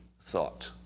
thought